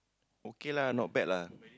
okay lah not bad lah